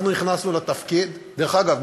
דרך אגב,